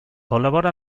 col·labora